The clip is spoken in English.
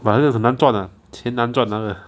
but 那个很难赚啊钱难赚啊那个